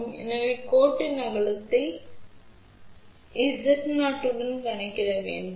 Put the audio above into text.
எனவே கோட்டின் அகலத்தை Z0 உடன் கணக்கிட வேண்டும் 50